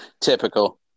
typical